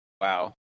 wow